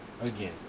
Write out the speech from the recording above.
Again